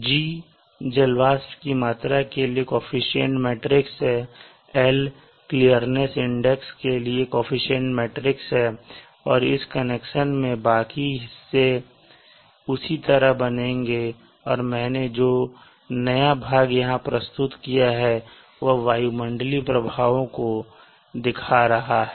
G जल वाष्प की मात्रा के लिए कोअफिशन्ट मैट्रिक्स है L क्लीर्निस इंडेक्स के लिए कोअफिशन्ट मैट्रिक्स है और इस इक्वेशन के बाकी हिस्से उसी तरह बने रहेंगे और मैंने जो नया भाग यहां प्रस्तुत किया है वह वायुमंडलीय प्रभावों को दिखा रहा है